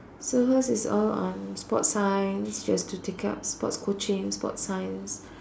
so hers is all on sports science she has to take up sports coaching sports science